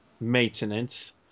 maintenance